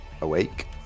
awake